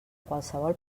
qualsevol